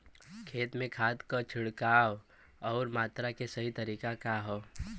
खेत में खाद क छिड़काव अउर मात्रा क सही तरीका का ह?